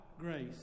grace